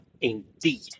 indeed